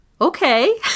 okay